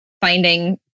finding